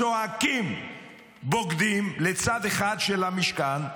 צועקים "בוגדים" לצד אחד של המשכן,